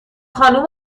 خانوم